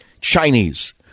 Chinese